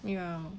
ya